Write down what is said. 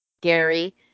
Gary